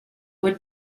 would